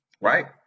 right